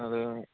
അത് അ